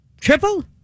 Triple